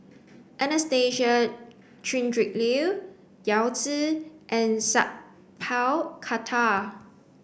Anastasia Tjendri Liew Yao Zi and Sat Pal Khattar